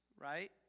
right